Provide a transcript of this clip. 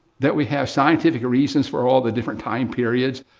that we have scientific reasons for all the different time periods?